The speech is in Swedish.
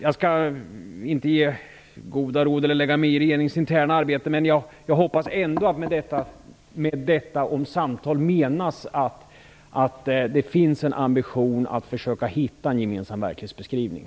Jag skall inte ge goda råd eller lägga mig i regeringens interna arbete. Jag hoppas ändå att man med det som sägs om samtal menar att det finns en ambition att försöka nå en gemensam verklighetsbeskrivning.